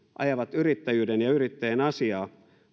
ajavat yrittäjyyden ja yrittäjien asiaa